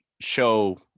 Show